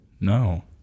No